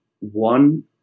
one